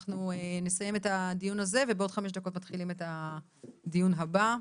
אנחנו נסיים את הדיון הזה ובעוד חמש דקות מתחילים את הדיון הבא.